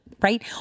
right